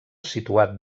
situat